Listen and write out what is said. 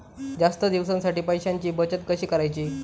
जास्त दिवसांसाठी पैशांची बचत कशी करायची?